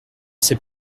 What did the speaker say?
sais